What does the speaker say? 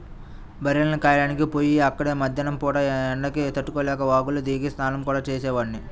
బర్రెల్ని కాయడానికి పొయ్యి అక్కడే మద్దేన్నం పూట ఎండకి తట్టుకోలేక వాగులో దిగి స్నానం గూడా చేసేవాడ్ని